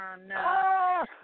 no